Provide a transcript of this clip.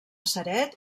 ceret